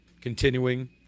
continuing